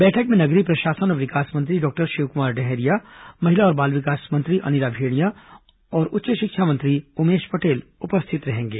बैठक में नगरीय प्रशासन और विकास मंत्री डॉक्टर शिवकमार डहरिया महिला और बाल विकास मंत्री अनिला भेंडिया तथा उच्च शिक्षा मंत्री उमेश पटेल उपस्थित रहेंगे